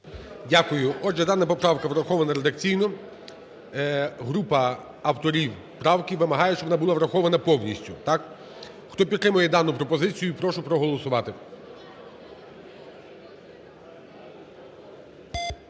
Дякую. Отже, дана поправка врахована редакційно. Група авторів правки вимагає, щоб вона була врахована повністю. Так? Хто підтримує дану пропозицію, прошу проголосувати.